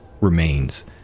remains